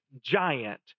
giant